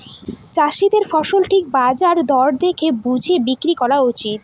চাষীদের ফসল ঠিক বাজার দর দেখে বুঝে বিক্রি করা উচিত